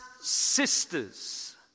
sisters